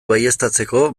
baieztatzeko